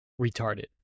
retarded